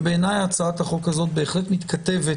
ובעיניי הצעת החוק הזאת בהחלט מתכתבת